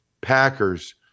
Packers